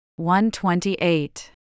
128